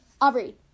Aubrey